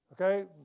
Okay